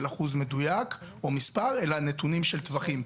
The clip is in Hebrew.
אחוז מדוייק או מספר אלא נתונים של טווחים.